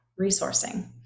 resourcing